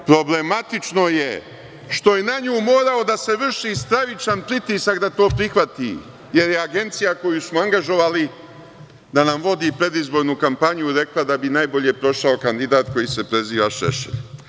Problematično je što je na nju morao da se vrši stravičan pritisak da to prihvati, jer je agencija koju su angažovali da nam vodi predizbornu kampanju rekla da bi najbolje prošao kandidat koji se preziva Šešelj.